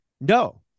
no